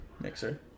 Mixer